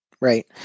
right